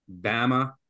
Bama